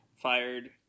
Fired